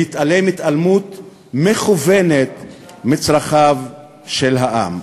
להתעלם התעלמות מכוונת מצרכיו של העם.